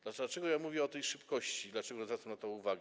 Dlaczego ja mówię o tej szybkości prac, dlaczego zwracam na to uwagę?